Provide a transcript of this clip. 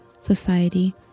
society